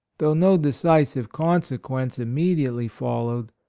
though no decisive con sequence immediately followed,